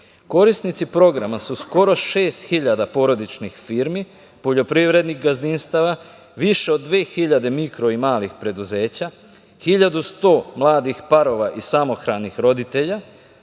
podrške. Korisnici programa su skoro 6.000 porodičnih firmi, poljoprivrednih gazdinstava, više od 2.000 mikro i malih preduzeća, 1.100 mladih parova i samohranih roditelja,